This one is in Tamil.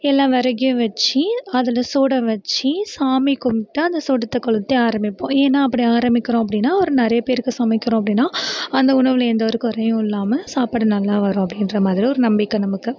எல்லா விறகையும் வச்சு அதில் சூடம் வச்சு சாமி கும்பிட்டு அந்த சூடத்தை கொளுத்தி ஆரம்மிப்போம் ஏன்னா அப்படி ஆரம்மிக்கிறோம் அப்படின்னா ஒரு நிறைய பேருக்கு சமைக்கிறோம் அப்படின்னா அந்த உணவில் எந்த ஒரு குறையும் இல்லாமல் சாப்பாடு நல்லா வரும் அப்படின்ற மாதிரி ஒரு நம்பிக்கை நமக்கு